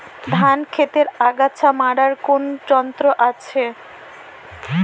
ধান ক্ষেতের আগাছা মারার কোন যন্ত্র আছে?